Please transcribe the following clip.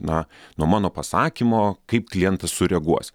na nuo mano pasakymo kaip klientas sureaguos